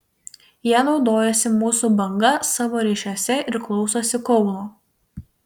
jie naudojasi mūsų banga savo ryšiuose ir klausosi kauno